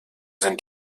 sind